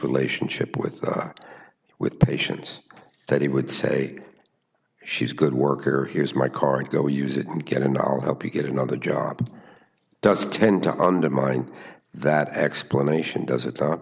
relationship with with patients that he would say she's good worker here's my current go use it and get into our help you get another job does tend to undermine that explanation does it